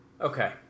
Okay